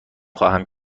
خواهم